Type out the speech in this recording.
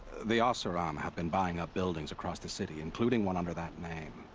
the oseram have been buying up buildings across the city, including one under that name.